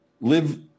live